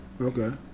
Okay